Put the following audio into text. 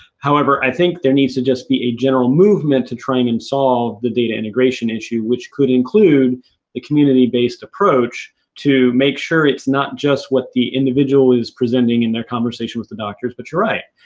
however, i think there needs to just be a general movement to try and and solve the data integration issue, which could include a community-based approach to make sure it's not just what the individual is presenting in a conversation with the doctors, but you're right.